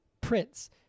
Prince